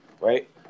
right